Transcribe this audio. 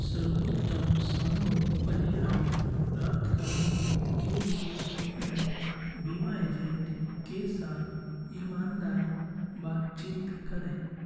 सर्वोत्तम संभव परिणाम प्राप्त करने के लिए अपने बीमा एजेंट के साथ ईमानदार बातचीत करें